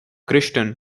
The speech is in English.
crichton